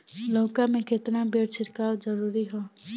लउका में केतना बेर छिड़काव जरूरी ह?